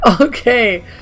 Okay